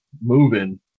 moving